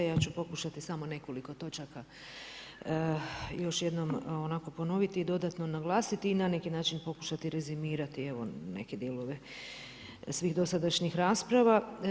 Ja ću pokušati samo nekoliko točaka još jednom onako ponoviti i dodatno naglasiti i na neki način pokušati rezimirati evo neke dijelove svih dosadašnjih rasprava.